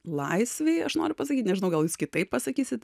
laisvėje aš noriu pasakyti nežinau gal jūs kitaip pasakysit